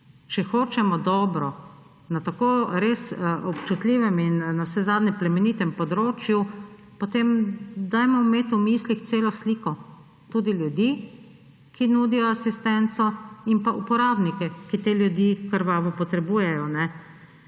Če hočemo dobro na tako res občutljivem in navsezadnje plemenitem področju, potem imejmo v mislih celo sliko, tudi ljudi, ki nudijo asistenco, in pa uporabnike, ki te ljudi krvavo potrebujejo.